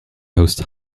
hosts